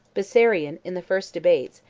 bessarion, in the first debates,